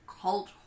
cult